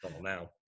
now